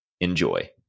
Enjoy